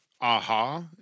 aha